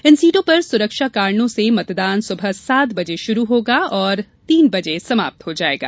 इन सीटो पर सुरक्षा कारणों से मतदान सुबह सात बजे शुरू होगा और और तीन बजे समाप्त हो जायेगा